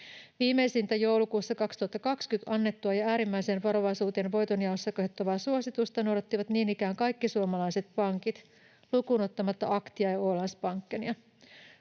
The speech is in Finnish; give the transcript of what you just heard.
Viimeisintä, joulukuussa 2020 annettua ja äärimmäiseen varovaisuuteen voitonjaossa kehottavaa suositusta noudattivat niin ikään kaikki suomalaiset pankit lukuun ottamatta Aktiaa ja Ålandsbankenia.